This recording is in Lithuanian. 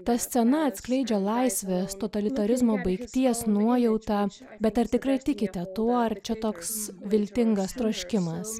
ta scena atskleidžia laisvės totalitarizmo baigties nuojautą bet ar tikrai tikite tuo ar čia toks viltingas troškimas